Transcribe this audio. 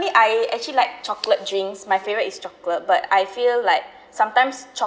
wait I actually like chocolate drinks my favourite is chocolate but I feel like sometimes